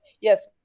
Yes